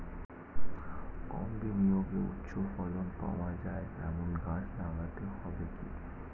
কম বিনিয়োগে উচ্চ ফলন পাওয়া যায় এমন গাছ লাগাতে হবে কি?